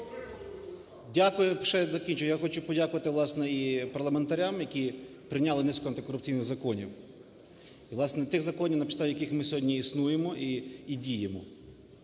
Дякую. Ще закінчу. Я хочу подякувати, власне, і парламентарям, які прийняти низку антикорупційних законів. І, власне, тих законів, на підставі яких ми сьогодні існуємо і діємо.